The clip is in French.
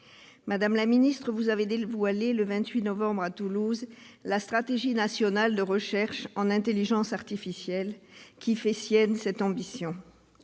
Madame la ministre, vous avez dévoilé le 28 novembre à Toulouse la « stratégie nationale de recherche en intelligence artificielle », qui fait sienne cette ambition.